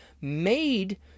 made